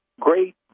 great